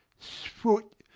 sfoot,